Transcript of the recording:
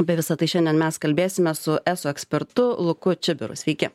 apie visa tai šiandien mes kalbėsime su eso ekspertu luku čibiru sveiki